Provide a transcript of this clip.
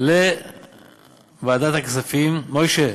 לוועדת הכספים, מוישה,